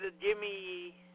Jimmy